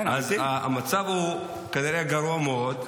המצב כנראה גרוע מאוד.